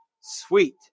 Sweet